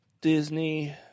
Disney